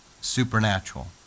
supernatural